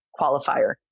qualifier